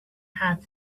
had